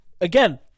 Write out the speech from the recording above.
again